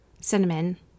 cinnamon